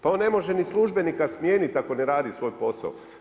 Pa on ne može ni službenika smijeniti ako ne radi svoj posao.